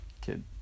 kid